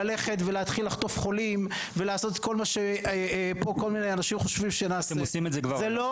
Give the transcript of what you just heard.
אתם עושים את זה כבר.